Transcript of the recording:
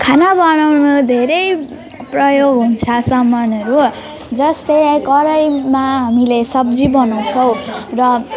खाना बनाउनु धेरै प्रयोग हुन्छ सामानहरू जस्तै कराहीमा हामीले सब्जी बनाउँछौँ र